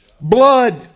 blood